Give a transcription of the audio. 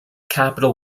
capital